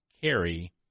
carry